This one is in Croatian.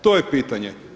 To je pitanje.